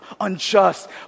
unjust